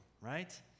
right